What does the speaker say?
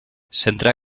centra